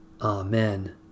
Amen